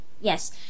Yes